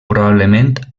probablement